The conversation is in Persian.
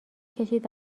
کشید